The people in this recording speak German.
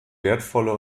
wertvolle